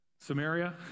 Samaria